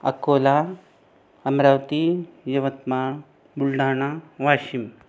Akola Amravati Yavatmal Buldhana Washim